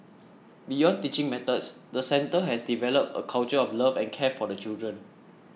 beyond teaching methods the centre has developed a culture of love and care for the children